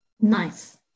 Nice